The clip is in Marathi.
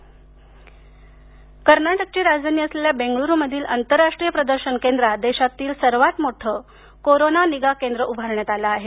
कर्नाटक कर्नाटकची राजधानी असलेल्या बेंगळूरूमधील आंतरराष्ट्रीय प्रदर्शन केंद्रात देशातील सर्वांत मोठं कोरोना निगा केंद्र उभारण्यात आलं आहे